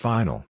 Final